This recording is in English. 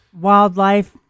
wildlife